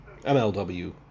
MLW